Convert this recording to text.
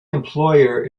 employer